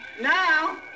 Now